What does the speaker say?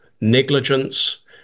negligence